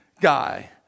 guy